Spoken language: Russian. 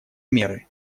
меры